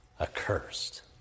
accursed